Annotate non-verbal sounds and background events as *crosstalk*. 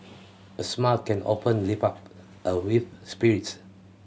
a smile can open lift up a *unintelligible* spirit